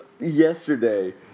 Yesterday